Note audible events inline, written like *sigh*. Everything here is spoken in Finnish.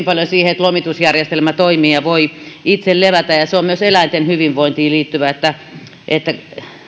*unintelligible* paljon siihen että lomitusjärjestelmä toimii ja voi itse levätä ja se on myös eläinten hyvinvointiin liittyvää että